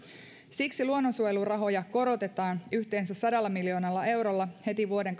siksi luonnonsuojelurahoja korotetaan yhteensä sadalla miljoonalla eurolla heti vuoden